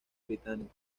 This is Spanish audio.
británico